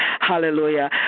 hallelujah